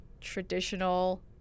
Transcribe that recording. traditional